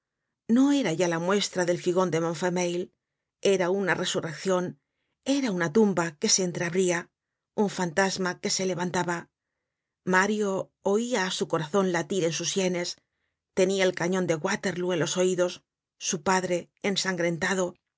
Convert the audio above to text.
no era ya la muestra del figon de montfermeil era una resurreccion era una tumba que se entreabria un fantasma que se levantaba mario oia á su corazon latir en sus sienes tenia el cañon de waterlóo en los oidos su padre ensangrentado